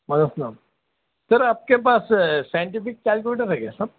وعلیکم السّلام سر آپ کے پاس سائنٹیفک کیلکولیٹر ہے کیا صاحب